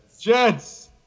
Jets